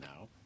now